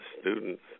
student's